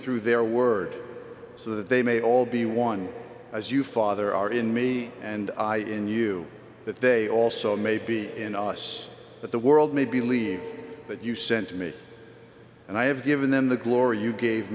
through their word so that they may all be one as you father are in me and i in you but they also may be in us but the world may believe that you sent me and i have given them the glory you gave